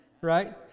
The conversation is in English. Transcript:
Right